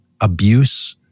abuse